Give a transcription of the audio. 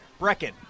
Brecken